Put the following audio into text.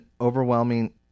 overwhelming –